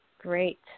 great